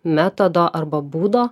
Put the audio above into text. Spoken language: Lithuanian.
metodo arba būdo